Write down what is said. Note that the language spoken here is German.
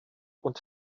und